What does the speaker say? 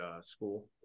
school